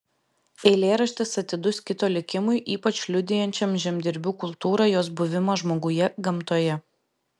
eilėraštis atidus kito likimui ypač liudijančiam žemdirbių kultūrą jos buvimą žmoguje gamtoje